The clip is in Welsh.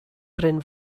bryn